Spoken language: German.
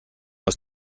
aus